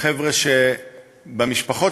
חברי חברי הכנסת וחברות